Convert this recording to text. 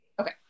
Okay